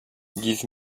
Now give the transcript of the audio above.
give